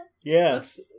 yes